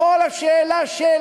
בכל השאלה של